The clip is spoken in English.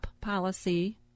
policy